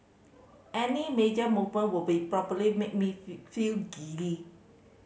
any major movement would be probably made me feel giddy